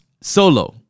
Solo